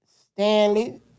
Stanley